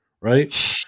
right